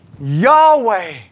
Yahweh